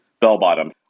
bell-bottoms